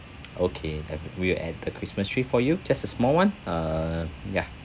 okay we will add the christmas tree for you just a small [one] uh ya